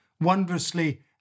wondrously